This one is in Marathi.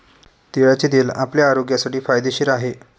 तिळाचे तेल आपल्या आरोग्यासाठी फायदेशीर आहे